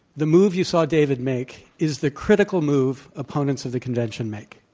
the move you saw david make is the critical move opponents of the convention make.